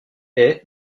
est